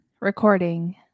recording